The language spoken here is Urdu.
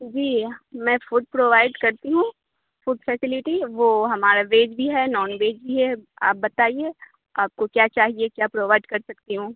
جی میں فوڈ پرووائڈ کرتی ہوں فوڈ فیسیلٹی وہ ہمارا ویج بھی ہے نان ویج بھی ہے آپ بتائیے آپ کو کیا چاہیے کیا پرووائڈ کر سکتی ہوں